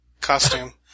costume